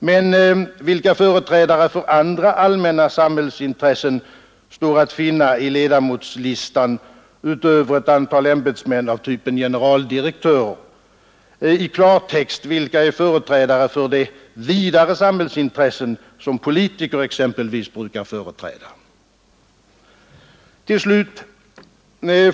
Men vilka företrädare för andra allmänna samhällsintressen står att finna i ledamotslistan utöver ett antal ämbetsmän av typen generaldirektörer? I klartext: Vilka är företrädare för de vidare samhällsintressen som exempelvis politiker brukar företräda?